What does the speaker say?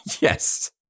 Yes